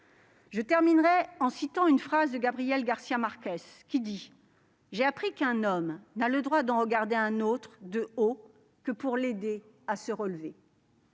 Je terminerai en citant cette phrase de Gabriel Garcia Marquez :« J'ai appris qu'un homme n'a le droit d'en regarder un autre de haut que pour l'aider à se lever.